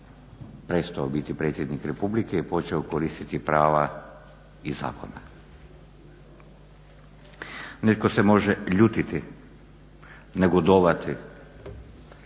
prestao biti predsjednik republike i počeo koristiti prava iz zakona. Netko se može ljutiti, negodovati,